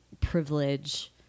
privilege